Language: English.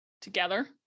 together